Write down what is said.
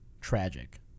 tragic